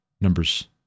Numbers